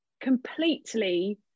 completely